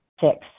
Six